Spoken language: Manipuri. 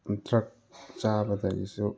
ꯗ꯭ꯔꯛ ꯆꯥꯕꯗꯒꯤꯁꯨ